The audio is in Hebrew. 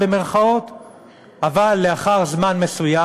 אבל לאחר זמן מסוים,